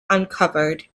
uncovered